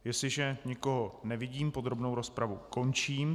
Jestliže nikoho nevidím, podrobnou rozpravu končím.